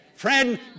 Friend